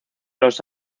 los